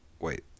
Wait